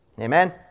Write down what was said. Amen